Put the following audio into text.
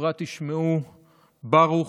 ובפרט ישמעו ברוך,